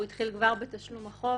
הוא התחיל כבר בתשלום החוב,